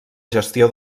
gestió